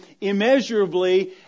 immeasurably